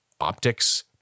Optics